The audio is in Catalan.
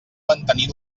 mantenir